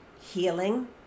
healing